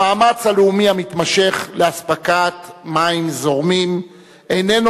המאמץ הלאומי המתמשך לאספקת מים זורמים איננו